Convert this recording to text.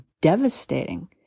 devastating